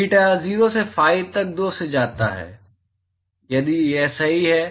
theta 0 से phi तक 2 से जाता है यह सही है